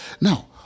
Now